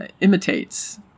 imitates